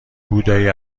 بودایی